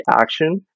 action